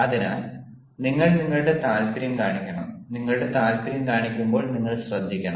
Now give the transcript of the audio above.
അതിനാൽ നിങ്ങൾ നിങ്ങളുടെ താൽപ്പര്യം കാണിക്കണം നിങ്ങളുടെ താൽപ്പര്യം കാണിക്കുമ്പോൾ നിങ്ങൾ ശ്രദ്ധിക്കണം